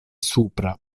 supra